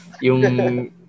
Yung